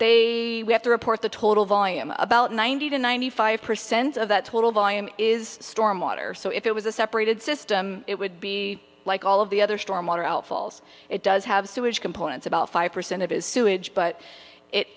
they have to report the total volume about ninety to ninety five percent of that total volume is stormwater so if it was a separated system it would be like all of the other storm water outfalls it does have sewage components about five percent of its sewage but it